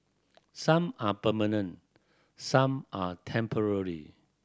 some are permanent some are temporary